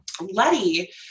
Letty